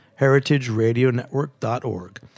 heritageradionetwork.org